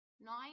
nine